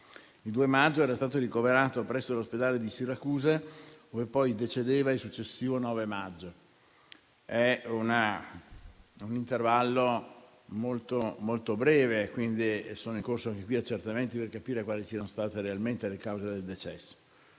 Il 2 maggio era stato ricoverato presso l'ospedale di Siracusa, ove poi decedeva il successivo 9 maggio. È un intervallo molto breve e, quindi, sono in corso anche qui degli accertamenti per capire quali siano state realmente le cause del decesso.